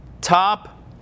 top